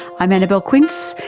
i'm annabelle quince,